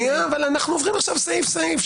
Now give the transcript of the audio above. אנו עוברים סעיף-סעיף.